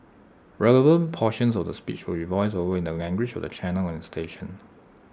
relevant portions of the speech will be voiced over in the language of the channel and station